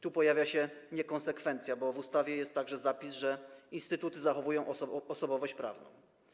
Tu pojawia się niekonsekwencja, bo w ustawie jest także zapis, że instytuty zachowują osobowość prawną.